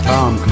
Tom